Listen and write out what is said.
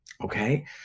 okay